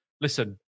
listen